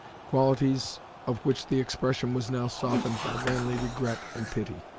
qualities of which the expression was now softened by manly regret and pity.